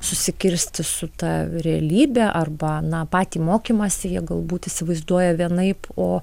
susikirsti su ta realybe arba na patį mokymąsi jie galbūt įsivaizduoja vienaip o